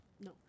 no